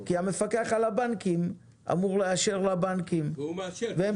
כי המפקח על הבנקים אמור לאשר לבנקים והם